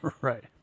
right